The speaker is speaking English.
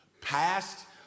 passed